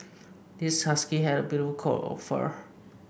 this husky has a beautiful coat of fur